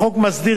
החוק מסדיר,